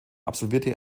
absolvierte